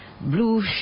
Blue